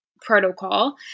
protocol